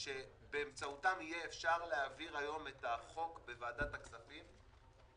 לפי מה נבחר המספר היפה הזה?